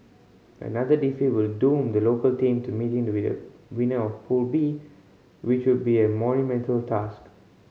another defeat will doom the local team to meeting the winner of Pool B which would be a monumental task